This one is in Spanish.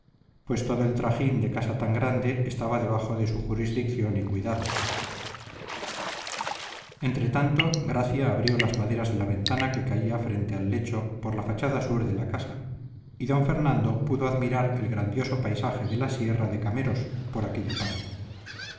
pues todo el trajín de casa tan grande estaba debajo de su jurisdicción y cuidado entretanto gracia abrió las maderas de la ventana que caía frente al lecho por la fachada sur de la casa y don fernando pudo admirar el grandioso paisaje de la sierra de cameros por aquella parte